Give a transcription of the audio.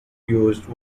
used